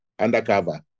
undercover